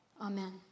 Amen